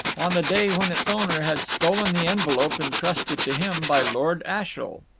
on the day when its owner had stolen the envelope entrusted to him by lord ashiel.